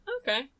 Okay